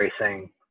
racing